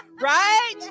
right